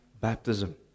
baptism